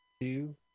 two